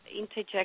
interject